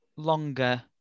longer